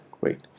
Great